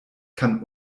kann